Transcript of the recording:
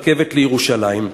רכבת לירושלים,